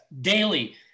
daily